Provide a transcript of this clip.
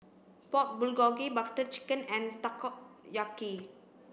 Pork Bulgogi Butter Chicken and Takoyaki